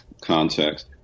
context